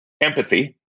empathy